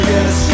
Yes